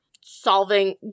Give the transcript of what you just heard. solving